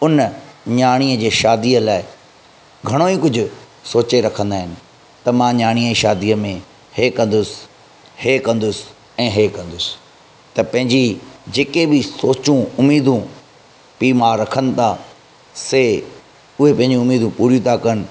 उन नियाणीअ जे शादीअ लाइ घणो ई कुझु सोचे रखंदा आहिनि त मां नियाणीअ जी शादीअ में हे कंदुसि हे कंदुसि ऐं हे कंदुसि त पंहिंजी जेके बि सोचूं उमेदूं पीउ माउ रखनि था से उहे पंहिंजूं उमेदूं पूरियूं था कनि